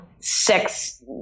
sex